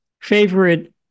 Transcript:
favorite